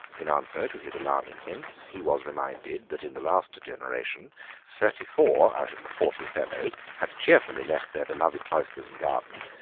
in answer to his alarming hints he was reminded that in the last generation thirty-four out of the forty fellows had cheerfully left their beloved cloisters and gardens,